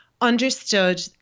understood